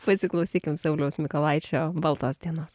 pasiklausykim sauliaus mykolaičio baltos dienos